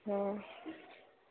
অঁ